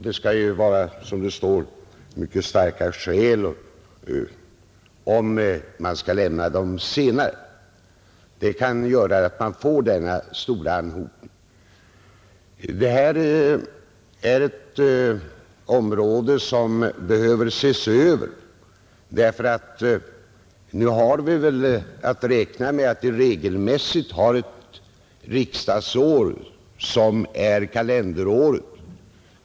Det bör ju finnas mycket starka skäl för att regeringen skall lämna dem senare, Detta är ett område som behöver ses över, Vi har väl nu att räkna med att riksdagsåret regelmässigt sammanfaller med kalenderåret.